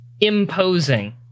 imposing